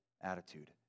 attitude